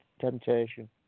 temptation